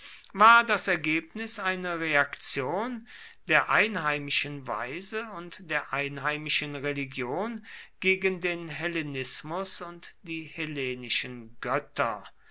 war das ergebnis eine reaktion der einheimischen weise und der einheimischen religion gegen den hellenismus und die hellenischen götter